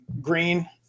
Green